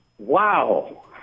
Wow